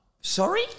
Sorry